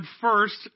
First